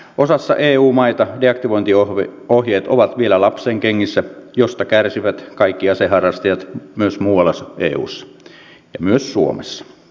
osassa eu maita deaktivointiohjeet ovat vielä lapsenkengissä mistä kärsivät kaikki aseharrastajat myös muualla eussa ja myös suomessa